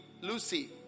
Lucy